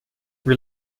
wie